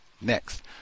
next